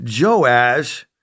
Joash